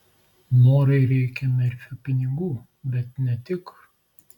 norai reikia merfio pinigų bet ne tik